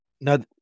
Now